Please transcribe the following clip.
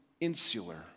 insular